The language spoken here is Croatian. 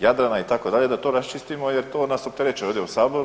Jadrana itd. da to raščistimo jer to nas opterećuje ovdje u Saboru?